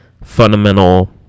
Fundamental